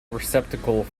receptacle